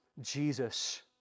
Jesus